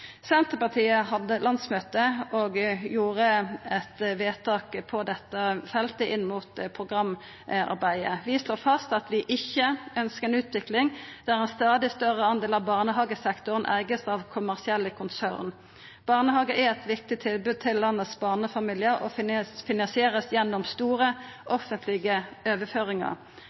Senterpartiet hadde landsmøte og gjorde eit vedtak på dette feltet i programarbeidet. Vi slår fast at vi ikkje ønskjer «en utvikling der en stadig større andel av barnehagesektoren eies av kommersielle konsern. Barnehager er et viktig tilbud til landets barnefamilier og finansieres gjennom store offentlige overføringer.